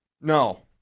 No